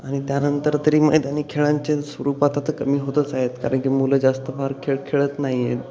आणि त्यानंतर तरी मैदानी खेळांचे स्वरूपात आता कमी होतच आहेत कारण की मुलं जास्त फार खेळ खेळत नाही आहेत